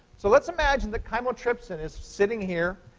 so let's imagine that chymotrypsin is sitting here,